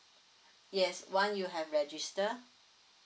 yes once you have register